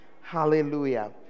Hallelujah